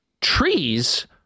trees